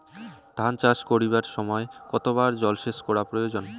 ধান চাষ করিবার সময় কতবার জলসেচ করা প্রয়োজন?